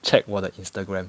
check 我的 Instagram